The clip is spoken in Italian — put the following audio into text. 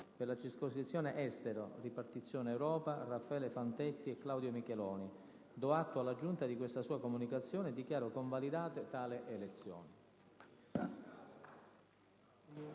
per la circoscrizione Estero - ripartizione Europa: Raffaele Fantetti e Claudio Micheloni. Do atto alla Giunta di questa sua comunicazione e dichiaro convalidate tali elezioni.